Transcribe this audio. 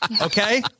okay